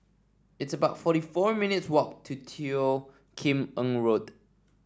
it's about forty four minutes' walk to Teo Kim Eng Road